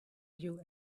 you